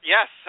Yes